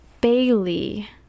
Bailey